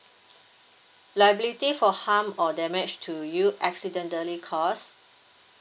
liability for harm or damage to you accidentally caused